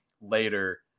later